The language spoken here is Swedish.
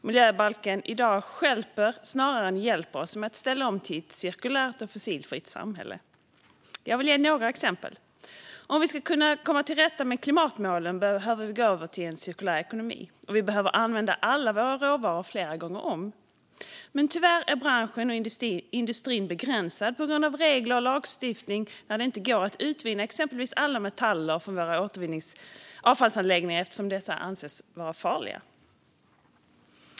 Miljöbalken stjälper i dag snarare än hjälper oss med att ställa om till ett cirkulärt och fossilfritt samhälle. 9297021953954Jag vill ge några exempel. Om vi ska kunna nå klimatmålen behöver vi gå över till en cirkulär ekonomi. Vi behöver använda alla våra råvaror flera gånger om. Men tyvärr är branschen och industrin begränsad på grund av regler och lagstiftning. Det går exempelvis inte att utvinna alla metaller från våra avfallsanläggningar, eftersom dessa anses vara farliga.